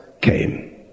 came